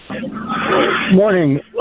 morning